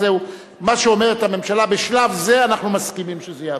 מה שאומרת הממשלה: בשלב זה אנחנו מסכימים שזה יעבור.